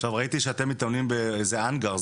עכשיו ראיתי שאתם מתאמנים באיזה האנגר.